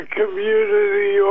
community